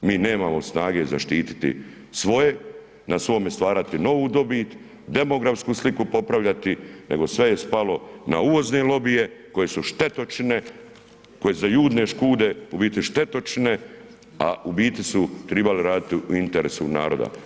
Mi nemamo snage zaštiti svoje, na svome stvarati novu dobit, demografsku sliku popravljati nego sve je spalo na uvozne lobije koje su štetočine koji za Judine škude u biti štetočine a u biti su trebale raditi u interesu naroda.